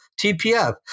TPF